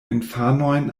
infanojn